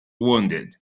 wounded